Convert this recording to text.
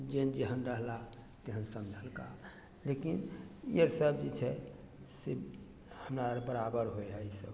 जे जेहन रहला तेहन समझलका लेकिन ई अर शब्द जे छै से हमरा ओर बराबर होइ हइ ईसब